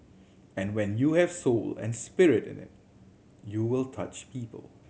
and when you have soul and spirit in it you will touch people